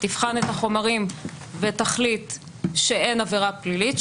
תבחן את החומרים ותחליט שאין עבירה פלילית,